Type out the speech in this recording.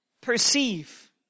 perceive